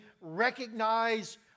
recognize